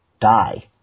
die